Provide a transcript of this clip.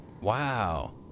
Wow